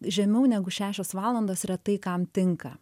žemiau negu šešios valandos retai kam tinka